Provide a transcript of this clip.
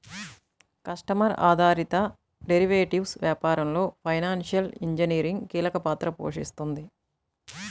customer ఆధారిత derivatives వ్యాపారంలో financial engineering కీలక పాత్ర పోషిస్తుంది